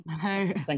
Thank